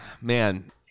man